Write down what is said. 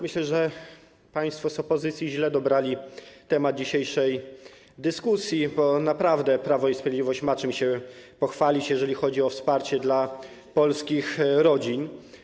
Myślę, że państwo z opozycji źle dobrali temat dzisiejszej dyskusji, bo naprawdę Prawo i Sprawiedliwość ma się czym pochwalić, jeżeli chodzi o wsparcie dla polskich rodzin.